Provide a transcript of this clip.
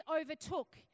overtook